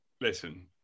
listen